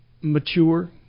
mature